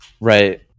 right